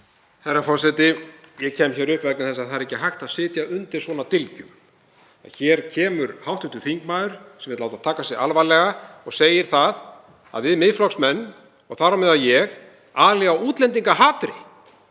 Herra forseti. Ég kem hér upp vegna þess að það er ekki hægt að sitja undir svona dylgjum. Hér kemur hv. þingmaður sem vill láta taka sig alvarlega og segir að við Miðflokksmenn, og þar á meðal ég, ölum á útlendingahatri.